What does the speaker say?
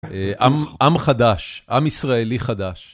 עם חדש, עם ישראלי חדש.